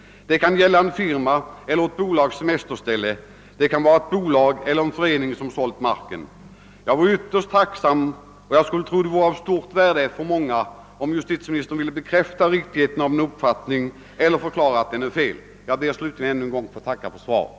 Det kan gälla en firma eller ett bolags semesterställe. Det kan vara ett bolag eller en förening som sålt marken. Jag vore ytterst tacksam, och jag tror att det skulle vara av stort värde för många, om justitieministern ville bekräfta riktigheten av min uppfattning eller förklara om den är fel. Slutligen ber jag att än en gång få tacka för svaret.